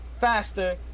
faster